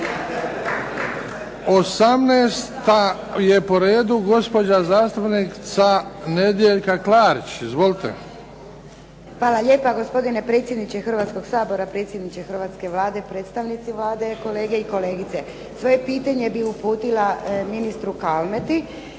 je po redu gospođa zastupnica Nedjeljka Klarić. Izvolite. **Klarić, Nedjeljka (HDZ)** Hvala lijepa gospodine predsjedniče Hrvatskog sabora, predsjedniče hrvatske Vlade, predstavnici Vlade, kolege i kolegice. Svoje pitanje bih uputila ministru Kalmeti,